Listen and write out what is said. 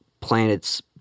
planet's